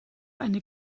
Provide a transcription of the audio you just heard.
eine